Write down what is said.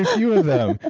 few of them!